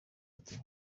iti